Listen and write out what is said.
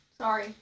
Sorry